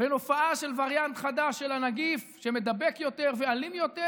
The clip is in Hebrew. בין הופעה של וריאנט חדש של הנגיף שמידבק יותר ואלים יותר